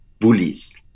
bullies